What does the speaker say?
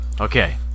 Okay